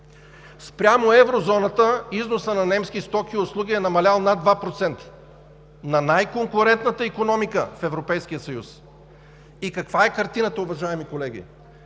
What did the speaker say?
Спрямо Еврозоната износът на немски стоки и услуги е намалял с над 2% – на най-конкурентната икономика в Европейския съюз! И каква е картината, уважаеми колеги?!